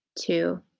two